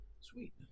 Sweet